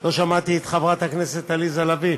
לא שמעתי את חברת הכנסת עליזה לביא.